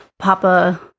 Papa